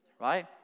Right